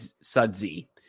Sudsy